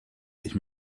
ich